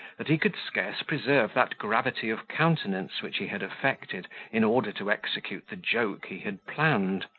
that he could scarce preserve that gravity of countenance which he had affected in order to execute the joke he had planned.